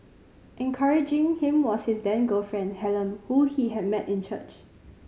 encouraging him was his then girlfriend Helen whom he had met in church